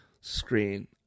screen